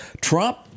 Trump